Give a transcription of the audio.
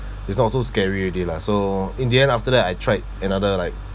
it's not so scary already lah so in the end after that I tried another like